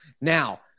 Now